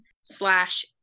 slash